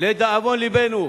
לדאבון לבנו,